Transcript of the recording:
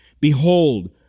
Behold